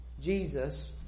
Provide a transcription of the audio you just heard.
Jesus